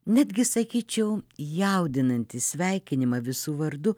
netgi sakyčiau jaudinantį sveikinimą visu vardu